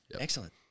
Excellent